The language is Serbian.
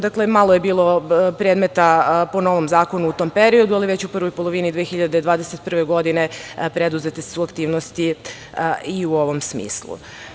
Dakle, malo je bilo predmeta po novom zakonu u tom periodu, ali već u prvoj polovini 2021. godine preduzete su aktivnosti i u ovom smislu.